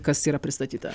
kas yra pristatyta